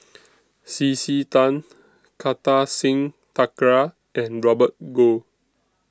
C C Tan Kartar Singh Thakral and Robert Goh